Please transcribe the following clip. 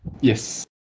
Yes